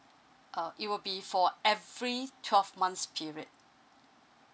uh it will be for every twelve months period